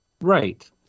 Right